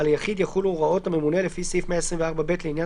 על היחיד יחולו הוראות הממונה לפי סעיף 124(ב) לעניין